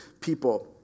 people